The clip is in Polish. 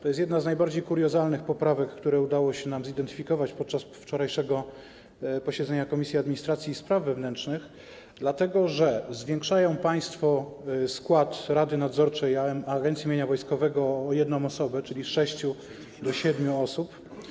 To jest jedna z najbardziej kuriozalnych poprawek, które udało się nam zidentyfikować podczas wczorajszego posiedzenia Komisji Administracji i Spraw Wewnętrznych, dlatego że zwiększają państwo skład Rady Nadzorczej Agencji Mienia Wojskowego o jedną osobę, czyli z sześciu do siedmiu osób.